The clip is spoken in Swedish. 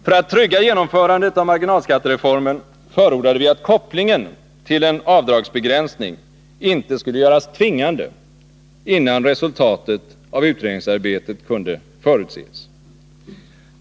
För att trygga genomförandet av marginalskattereformen förordade vi att kopplingen till en avdragsbegränsning inte skulle göras tvingande, innan resultatet av utredningarbetet kunde förutses.